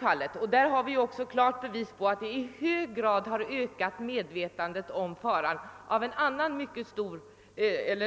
Vi har klart bevis för att detta i hög grad ökade medvetandet om faran för denna mycket